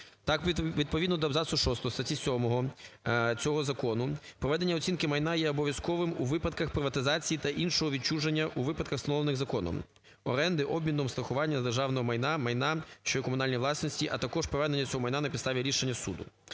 Так, відповідно до абзацу шостого статті 7 цього закону проведення оцінки майна є обов'язковим у випадках приватизації та іншого відчуження у випадках, встановлених законом: оренди, обміну, страхування державного майна, майна, що є у комунальній власності, а також проведення цього майна на підстав рішення суду.